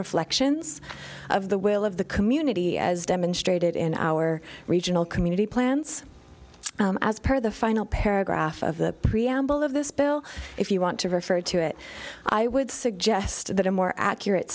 reflections of the will of the community as demonstrated in our regional community plans as per the final paragraph of the preamble of this bill if you want to refer to it i would suggest that a more accurate